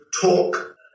talk